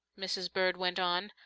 mrs. bird went on,